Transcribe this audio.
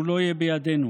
שהוא לא יהיה בידינו.